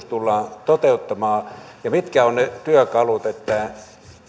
tullaan toteuttamaan ja mitkä ovat ne työkalut että